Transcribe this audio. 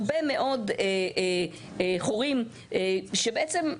הרבה מאוד חורים שבעצם,